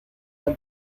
han